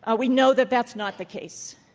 ah we know that that's not the case.